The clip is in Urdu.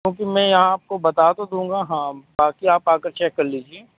کیونکہ میں یہاں آپ کو بتا تو دوں گا ہاں باقی آپ آ کر چیک کر لیجیے